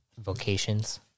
Vocations